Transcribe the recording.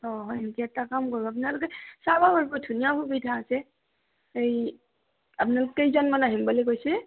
অ' হয় নেকি এটা কাম কৰিব আপোনালোকে চাব পাৰিব ধুনীয়া সুবিধা আছে এই আপোনালোক কেইজনমান আহিম বুলি কৈছে